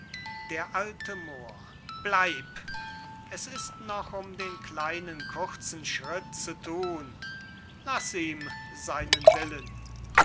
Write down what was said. d a moor bleib es ist noch um den kleinen kurzen schritt zu thun laß ihm seinen willen